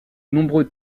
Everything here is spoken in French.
nombreux